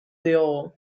diogu